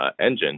engine